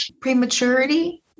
prematurity